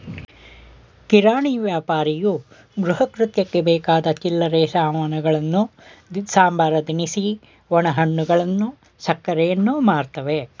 ಕಿರಾಣಿ ವ್ಯಾಪಾರಿಯು ಗೃಹಕೃತ್ಯಕ್ಕೆ ಬೇಕಾದ ಚಿಲ್ಲರೆ ಸಾಮಾನುಗಳನ್ನು ಸಂಬಾರ ದಿನಸಿ ಒಣಹಣ್ಣುಗಳು ಸಕ್ಕರೆಯನ್ನು ಮಾರ್ತವೆ